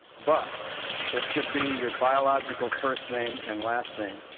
but it should be your biological first name and last name.